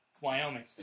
Wyoming